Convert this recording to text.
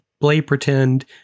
play-pretend